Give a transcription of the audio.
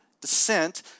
descent